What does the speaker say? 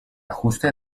ajuste